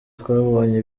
twabonye